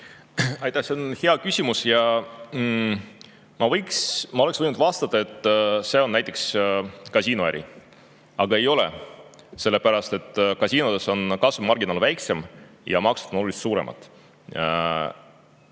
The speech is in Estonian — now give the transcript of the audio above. Aitäh! See on hea küsimus. Ma võiks vastata, et see on näiteks kasiinoäri. Aga ei ole, sellepärast et kasiinodes on kasumimarginaal väiksem ja maksud on oluliselt suuremad.